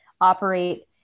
operate